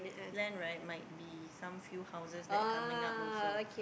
land right might be some few houses that coming up also